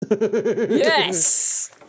yes